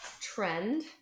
trend